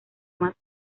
más